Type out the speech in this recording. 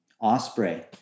osprey